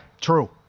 true